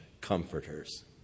comforters